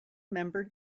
member